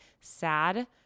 sad